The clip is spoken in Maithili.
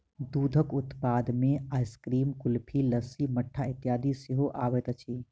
दूधक उत्पाद मे आइसक्रीम, कुल्फी, लस्सी, मट्ठा इत्यादि सेहो अबैत अछि